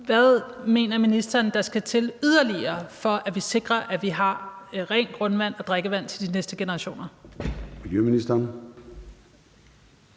hvad mener ministeren der yderligere skal til, for at vi sikrer, at vi har rent grundvand og drikkevand til de næste generationer? Kl.